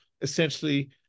essentially